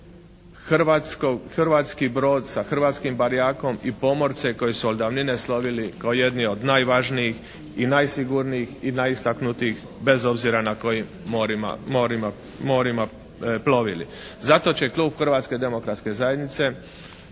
hrvatski brod sa hrvatskim barjakom i pomorce koji su od davnine slovili kao jedni od najvažnijih i najsigurnijih i najistaknutijih bez obzira na kojim morima plovili. Zato će klub Hrvatske demokratske zajednice